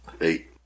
eight